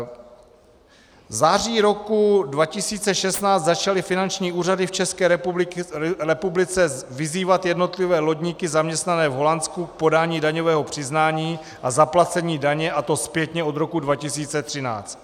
V září roku 2016 začaly finanční úřady v České republice vyzývat jednotlivé lodníky zaměstnané v Holandsku k podání daňového přiznání a zaplacení daně, a to zpětně od roku 2013.